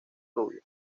rubio